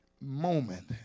moment